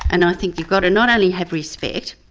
and i think you've got to not only have respect,